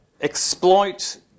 exploit